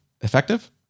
Effective